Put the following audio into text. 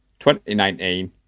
2019